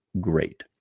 great